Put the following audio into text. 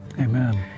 Amen